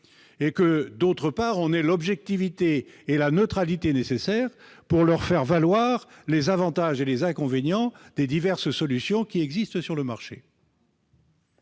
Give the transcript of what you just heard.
que nous aurons l'objectivité et la neutralité nécessaires pour leur faire valoir les avantages et les inconvénients des diverses solutions qui existent sur le marché.